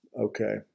okay